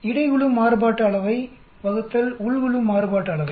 இடை குழு மாறுபாட்டு அளவை வகுத்தல் உள் குழு மாறுபாட்டு அளவை